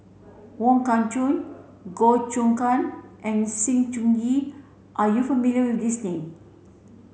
Wong Kah Chun Goh Choon Kang and Sng Choon Yee are you familiar with these name